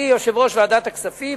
אני יושב-ראש ועדת הכספים,